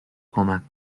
کمک